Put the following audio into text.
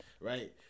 right